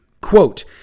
quote